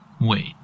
Wait